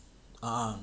ah